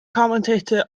commentator